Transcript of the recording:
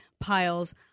piles